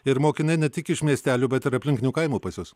ir mokiniai ne tik iš miestelių bet ir aplinkinių kaimų pas jus